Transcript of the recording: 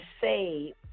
say